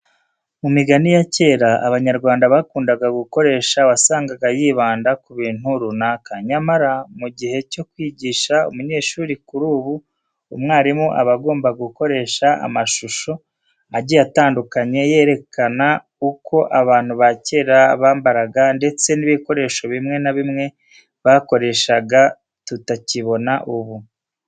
Mu migani ya kera abanyarwanda bakundaga gukoresha wasangaga yibanda ku bintu runaka. Nyamara mu gihe cyo kwigisha umunyeshuri kuri ubu, umwarimu aba agomba gukoresha amashusho agiye atandukanye yerekana uko abantu ba kera bambaraga ndetse n'ibikoresho bimwe na bimwe bakoreshaga tutakibona ubu.